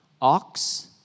ox